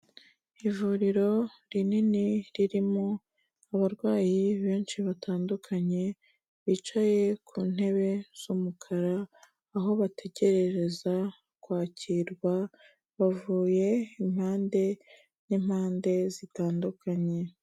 Ivuriro rinini, ririmo abarwayi benshi batandukanye, bicaye ku ntebe z'umukara, aho bategerereza kwakirwa, bavuye impande n'impande zitandukanye.